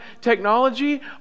technology